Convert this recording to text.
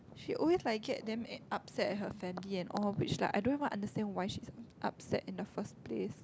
she always like get damn upset at her family and all which like I don't even understand why is she upset in the first place